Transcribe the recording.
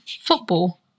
Football